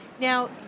Now